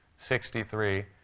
sixty three,